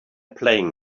playing